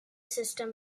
system